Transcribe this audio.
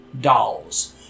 dolls